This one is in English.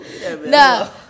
no